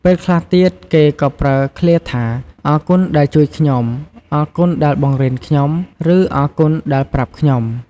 ពេលខ្លះទៀត គេក៏ប្រើឃ្លាថា អរគុណដែលជួយខ្ញុំ អរគុណដែលបង្រៀនខ្ញុំ ឬ អរគុណដែលប្រាប់ខ្ញុំ។